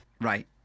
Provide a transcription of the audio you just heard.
right